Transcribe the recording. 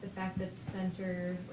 the center,